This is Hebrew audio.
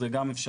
זו גם אפשרות.